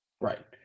Right